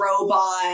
robot